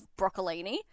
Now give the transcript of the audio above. broccolini